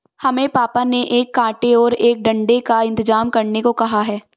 हमें पापा ने एक कांटे और एक डंडे का इंतजाम करने को कहा है